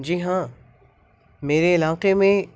جی ہاں میرے علاقے میں